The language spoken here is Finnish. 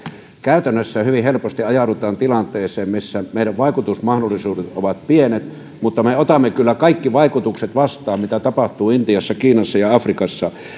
käytännössä hyvin helposti ajaudutaan tilanteeseen missä meidän vaikutusmahdollisuutemme ovat pienet mutta me otamme kyllä kaikki vaikutukset vastaan mitä tapahtuu intiassa kiinassa ja afrikassa